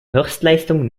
höchstleistung